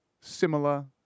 similar